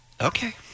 Okay